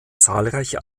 zahlreiche